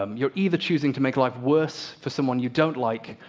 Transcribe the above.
um you're either choosing to make life worse for someone you don't like,